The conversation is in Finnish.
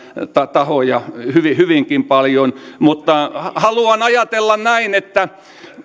tahoja hyvinkin paljon mutta haluan ajatella näin että